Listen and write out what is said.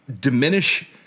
diminish